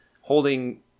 holding